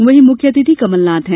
वहीं मुख्य अतिथि कमलनाथ हैं